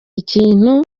ikintu